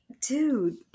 dude